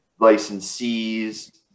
licensees